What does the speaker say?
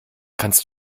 kannst